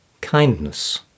kindness